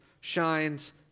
shines